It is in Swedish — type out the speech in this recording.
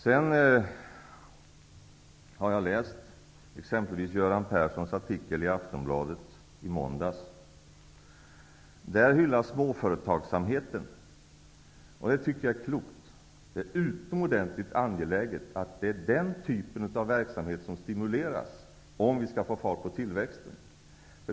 Jag har läst exempelvis Göran Perssons artikel i Aftonbladet i måndags. Där hyllas småföretagsamheten. Det tycker jag är klokt. Det är utomordentligt angeläget att den typen av verksamheter stimuleras, om vi skall få fart på tillväxten.